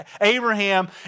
Abraham